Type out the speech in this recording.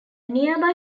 nearby